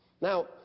Now